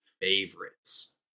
favorites